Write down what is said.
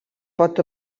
pot